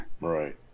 Right